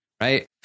Right